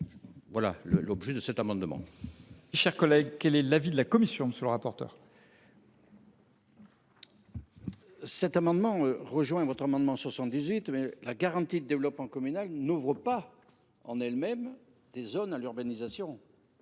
à l’objet de cet amendement